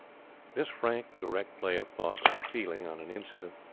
this frank, direct play of thought and feeling on an incident,